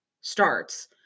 starts